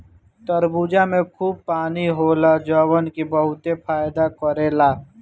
तरबूजा में खूब पानी होला जवन की बहुते फायदा करेला